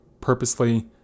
purposely